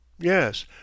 Yes